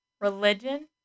religion